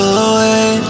away